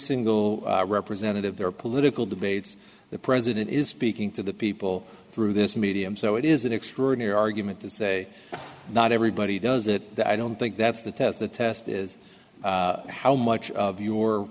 single representative their political debates the president is speaking to the people through this medium so it is an extraordinary argument to say not everybody does it i don't think that's the test the test is how much of your